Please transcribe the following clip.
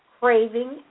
craving